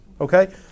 Okay